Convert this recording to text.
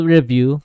Review